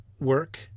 work